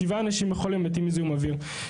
שבעה אנשים בכל יום מתים מזיהום אוויר.